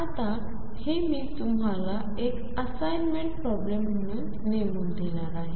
आता हे मी तुम्हाला एक असाइनमेंट प्रॉब्लेम म्हणून नेमून देणार आहे